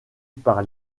par